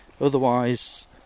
Otherwise